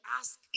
ask